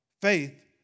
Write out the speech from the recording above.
Faith